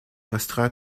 restera